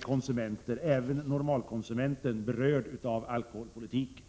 konsumenter, även normalkonsumenterna, berörda av alkoholpolitiken.